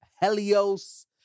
Helios